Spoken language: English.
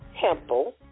Temple